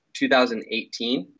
2018